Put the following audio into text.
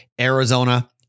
Arizona